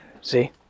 See